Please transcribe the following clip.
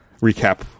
recap